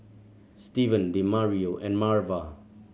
Steven Demario and Marva